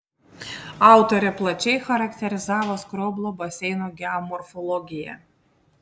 autorė plačiai charakterizavo skroblo baseino geomorfologiją